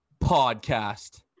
podcast